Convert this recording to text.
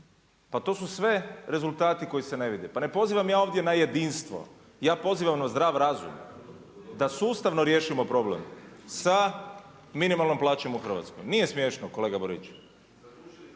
pa to su sve rezultati koji se ne vide. Pa ne pozivam ja ovdje na jedinstvo, ja pozivam na zdrav razum da sustavno riješimo problem sa minimalnom plaćom u Hrvatskoj. Nije smiješno kolega Borić,